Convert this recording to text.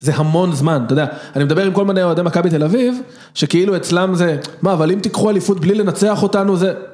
זה המון זמן, אתה יודע, אני מדבר עם כל מיני אוהדי מכבי תל אביב, שכאילו אצלם זה, מה אבל אם תיקחו אליפות בלי לנצח אותנו זה...